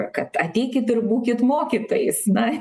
kad ateikit ir būkit mokytojais na